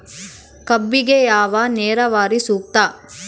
ಕಬ್ಬಿಗೆ ಯಾವ ನೇರಾವರಿ ಸೂಕ್ತ?